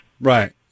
Right